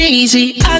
Easy